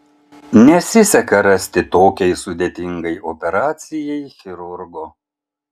nesiseka rasti tokiai sudėtingai operacijai chirurgo